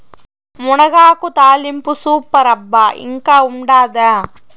మునగాకు తాలింపు సూపర్ అబ్బా ఇంకా ఉండాదా